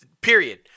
Period